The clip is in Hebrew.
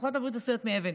לוחות הברית עשויים מאבן.